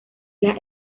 las